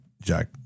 Jack